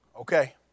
Okay